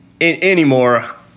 anymore